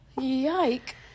Yike